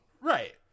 Right